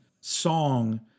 song